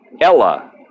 Ella